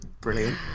Brilliant